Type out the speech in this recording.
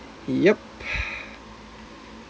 yup